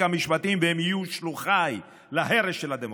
המשפטים והם יהיו שלוחיי להרס של הדמוקרטיה.